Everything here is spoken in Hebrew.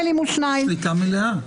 לי שמונה מול שניים --- שליטה מלאה.